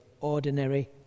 ordinary